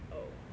oh